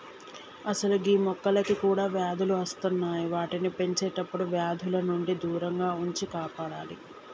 అసలు గీ మొక్కలకి కూడా వ్యాధులు అస్తున్నాయి వాటిని పెంచేటప్పుడు వ్యాధుల నుండి దూరంగా ఉంచి కాపాడాలి